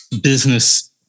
business